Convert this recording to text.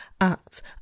acts